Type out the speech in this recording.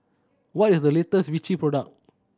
what is the latest Vichy product